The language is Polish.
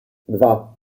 dwa